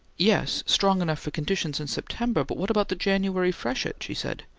yes, strong enough for conditions in september, but what about the january freshet? she said.